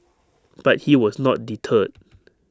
but he was not deterred